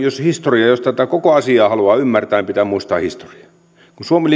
jos tätä koko asiaa haluaa ymmärtää niin pitää muistaa historia kun suomi